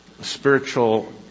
spiritual